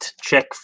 Check